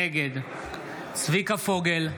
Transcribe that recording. נגד צביקה פוגל,